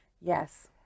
Yes